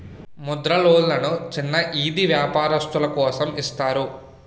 ముద్ర లోన్లు చిన్న ఈది వ్యాపారస్తులు కోసం ఇస్తారు